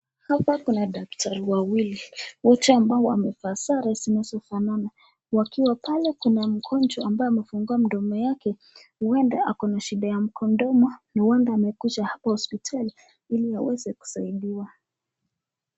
Hapa kuna daktari wawili wote ambao wamevaa sare zinazofanana. Wakiwa pale kuna mgonjwa ambaye amefungua mdomo yake huenda ako na shida ya mdomo no wonder amekuja hapo hospitali ili aweze kusaidiwa.